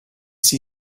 see